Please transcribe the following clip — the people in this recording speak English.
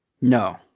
No